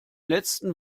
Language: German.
letzten